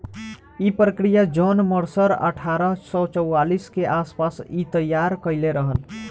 इ प्रक्रिया John Mercer अठारह सौ चौवालीस के आस पास तईयार कईले रहल